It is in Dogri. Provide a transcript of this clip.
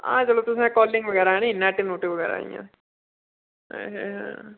हां चलो तुसें कालिंग बगैरा हैन नेट नुट बगैरा इयां अच्छा अच्छा